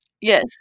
Yes